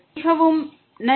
மிகவும் நன்றி